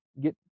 get